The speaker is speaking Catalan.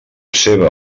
seva